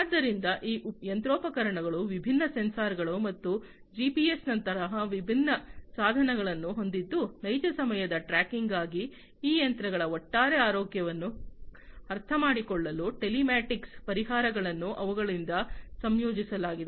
ಆದ್ದರಿಂದ ಈ ಯಂತ್ರೋಪಕರಣಗಳು ವಿಭಿನ್ನ ಸೆನ್ಸಾರ್ಗಳು ಮತ್ತು ಜಿಪಿಎಸ್ ನಂತಹ ವಿಭಿನ್ನ ಸಾಧನಗಳನ್ನು ಹೊಂದಿದ್ದು ನೈಜ ಸಮಯದ ಟ್ರ್ಯಾಕಿಂಗ್ಗಾಗಿ ಈ ಯಂತ್ರಗಳ ಒಟ್ಟಾರೆ ಆರೋಗ್ಯವನ್ನು ಅರ್ಥಮಾಡಿಕೊಳ್ಳಲು ಟೆಲಿಮ್ಯಾಟಿಕ್ಸ್ ಪರಿಹಾರಗಳನ್ನು ಅವುಗಳಿಂದ ನಿಯೋಜಿಸಲಾಗಿದೆ